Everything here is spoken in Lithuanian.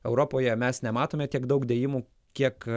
europoje mes nematome tiek daug dėjimų kiek